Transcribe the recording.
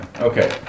Okay